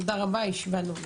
תודה רבה הישיבה נעולה.